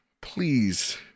please